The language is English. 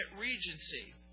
Regency